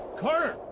car.